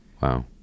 Wow